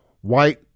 White